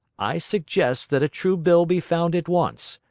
i suggest that a true bill be found at once,